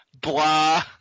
Blah